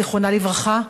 זיכרונה לברכה,